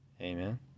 Amen